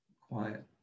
quiet